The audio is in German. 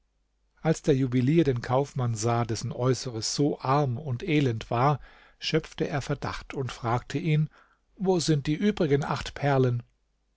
als der juwelier den kaufmann sah dessen äußeres so arm und elend war schöpfte er verdacht und fragte ihn wo sind die übrigen acht perlen